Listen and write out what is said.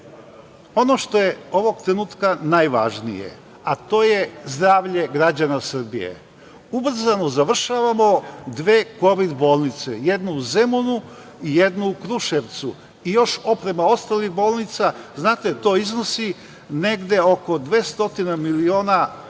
ono što je ovog trenutka najvažnije, a to je zdravlje građana Srbije, ubrzano završavamo dve kovid bolnice, jednu u Zemunu i jednu u Kruševcu i još oprema ostalih bolnica. Znate, to iznosi negde oko 200 miliona evra,